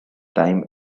time